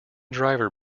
driver